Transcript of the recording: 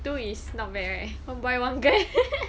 two is not bad right by one guy